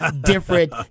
different